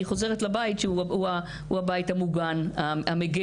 יודעת שאני חוזרת לבית שהוא הבית המוגן והמגן,